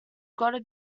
gotta